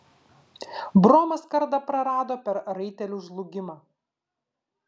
bromas kardą prarado per raitelių žlugimą